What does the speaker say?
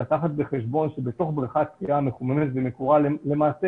יש לקחת בחשבון שבריכת שחייה מחוממת ומקורה היא למעשה